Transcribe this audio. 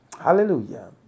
Hallelujah